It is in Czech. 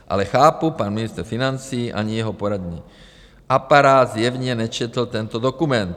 Ale chápu, pan ministr financí ani jeho poradní aparát zjevně nečetli tento dokument.